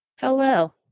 Hello